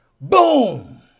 Boom